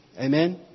Amen